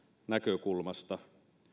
näkökulmasta